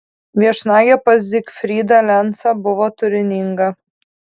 viešnagė pas zygfrydą lencą buvo turininga